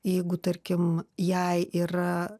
jeigu tarkim jei yra